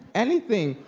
anything.